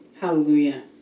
Hallelujah